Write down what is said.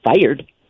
fired